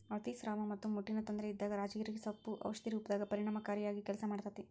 ಅತಿಸ್ರಾವ ಮತ್ತ ಮುಟ್ಟಿನ ತೊಂದರೆ ಇದ್ದಾಗ ರಾಜಗಿರಿ ಸೊಪ್ಪು ಔಷಧಿ ರೂಪದಾಗ ಪರಿಣಾಮಕಾರಿಯಾಗಿ ಕೆಲಸ ಮಾಡ್ತೇತಿ